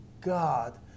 God